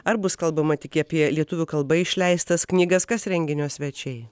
ar bus kalbama tik apie lietuvių kalba išleistas knygas kas renginio svečiai